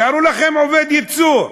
תארו לכם עובד ייצור.